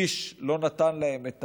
איש לא נתן להם את